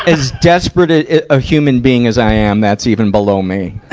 as desperate a human being as i am, that's even below me.